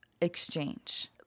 exchange